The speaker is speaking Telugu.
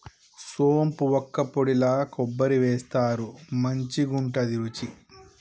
సోంపు వక్కపొడిల కొబ్బరి వేస్తారు మంచికుంటది రుచి